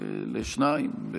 לשניים.